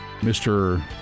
Mr